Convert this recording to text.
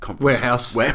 warehouse